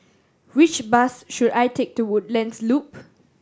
which bus should I take to Woodlands Loop